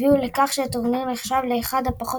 הביאו לכך שהטורניר נחשב לאחד הפחות